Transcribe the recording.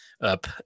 up